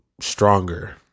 stronger